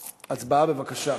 הצבעה, בבקשה.